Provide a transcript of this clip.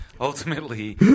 ultimately